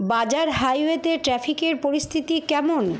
বাজার হাইওয়েতে ট্রাফিকের পরিস্থিতি কেমন